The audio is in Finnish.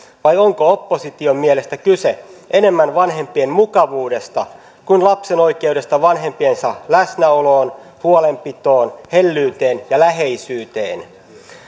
vai onko opposition mielestä kyse enemmän vanhempien mukavuudesta kuin lapsen oikeudesta vanhempiensa läsnäoloon huolenpitoon hellyyteen ja läheisyyteen